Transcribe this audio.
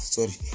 Sorry